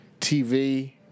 TV